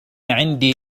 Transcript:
عندي